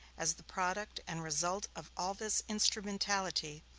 as the product and result of all this instrumentality,